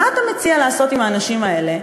מה אתה מציע לעשות עם האנשים האלה,